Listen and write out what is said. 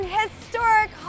historic